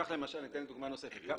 אציג דוגמה נוספת.